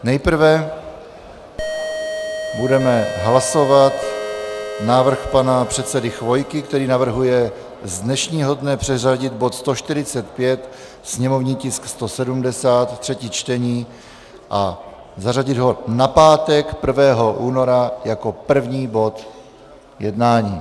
Nejprve budeme hlasovat návrh pana předsedy Chvojky, který navrhuje z dnešního dne přeřadit bod 145, sněmovní tisk 170, třetí čtení, a zařadit ho na pátek 1. února jako první bod jednání.